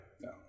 no